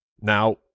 Now